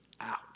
out